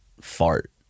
fart